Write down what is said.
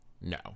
No